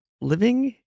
living